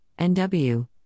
NW